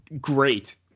great